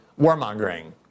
warmongering